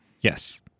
Yes